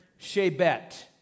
shebet